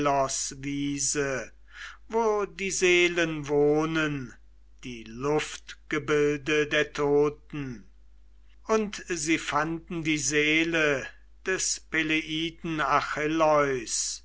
wo die seelen wohnen die luftgebilde der toten und sie fanden die seele des